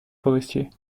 forestier